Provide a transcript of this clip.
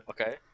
Okay